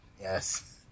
Yes